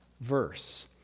verse